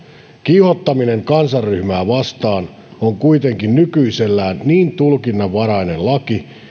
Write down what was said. kiihottaminen kansanryhmää vastaan on kuitenkin nykyisellään niin tulkinnanvarainen laki